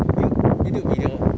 you~ YouTube video